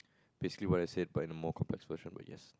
basically what I said but in a more complex version but yes